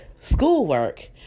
schoolwork